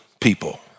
people